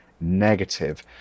negative